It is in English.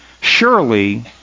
Surely